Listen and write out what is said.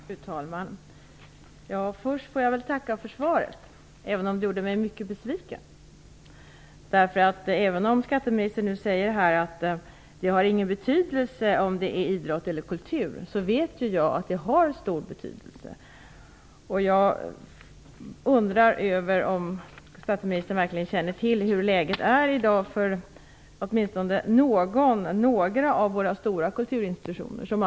Fru talman! Först får jag väl tacka för svaret, även om det gjorde mig mycket besviken. Skatteministern sade att det saknar betydelse om det är fråga om idrott eller om kultur, men jag vet ju att det har stor betydelse. Jag undrar om skatteministern verkligen känner till hur läget är i dag för åtminstone några av de stora kulturinstitutionerna.